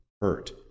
hurt